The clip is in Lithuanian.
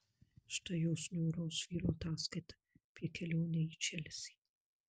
štai jos niūraus vyro ataskaita apie kelionę į čelsį